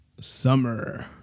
summer